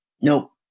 Nope